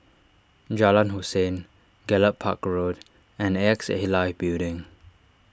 Jalan Hussein Gallop Park Road and A X A Life Building